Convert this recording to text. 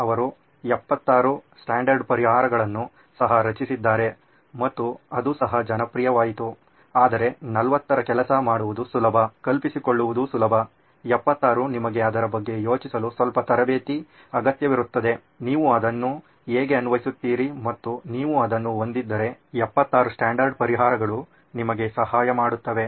ಅವರು 76 ಸ್ಟ್ಯಾಂಡರ್ಡ್ ಪರಿಹಾರಗಳನ್ನು ಸಹ ರಚಿಸಿದ್ದಾರೆ ಮತ್ತು ಅದು ಸಹ ಜನಪ್ರಿಯವಾಯಿತು ಆದರೆ 40 ಕೆಲಸ ಮಾಡುವುದು ಸುಲಭ ಕಲ್ಪಿಸಿಕೊಳ್ಳುವುದು ಸುಲಭ 76 ನಿಮಗೆ ಅದರ ಬಗ್ಗೆ ಯೋಚಿಸಲು ಸ್ವಲ್ಪ ತರಬೇತಿ ಅಗತ್ಯವಿರುತ್ತದೆ ನೀವು ಅದನ್ನು ಹೇಗೆ ಅನ್ವಯಿಸುತ್ತೀರಿ ಮತ್ತು ನೀವು ಅದನ್ನು ಹೊಂದಿದ್ದರೆ 76 ಸ್ಟ್ಯಾಂಡರ್ಡ್ ಪರಿಹಾರಗಳು ನಿಮಗೆ ಸಹಾಯ ಮಾಡುತ್ತವೆ